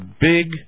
big